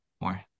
more